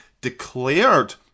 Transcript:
declared